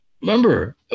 Remember